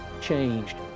changed